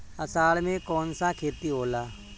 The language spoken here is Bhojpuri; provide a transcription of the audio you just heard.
अषाढ़ मे कौन सा खेती होला?